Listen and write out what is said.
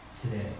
today